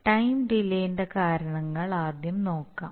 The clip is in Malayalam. ടൈം ഡിലേന്റെ കാരണങ്ങൾ ആദ്യം നോക്കാം